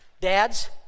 Dads